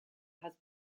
has